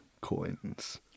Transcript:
coins